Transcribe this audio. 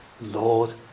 Lord